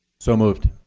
so moved.